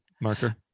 marker